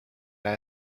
that